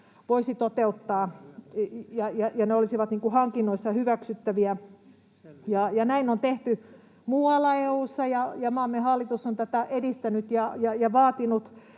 voitaisi toteuttaa ja se olisi hankinnoissa hyväksyttävä. Näin on tehty muualla EU:ssa, maamme hallitus on tätä edistänyt ja vaatinut